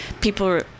people